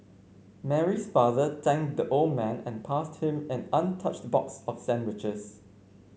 Mary's father thanked the old man and passed him an untouched box of sandwiches